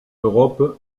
europe